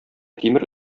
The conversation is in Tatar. тимер